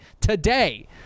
today